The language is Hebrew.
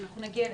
אנחנו נגיע לזה.